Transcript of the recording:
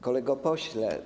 Kolego Pośle!